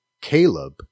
Caleb